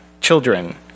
children